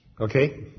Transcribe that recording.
Okay